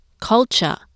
culture